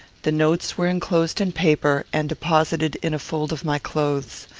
the notes were enclosed in paper, and deposited in a fold of my clothes.